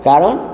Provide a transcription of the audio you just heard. କାରଣ